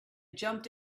jumped